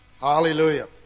Hallelujah